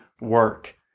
work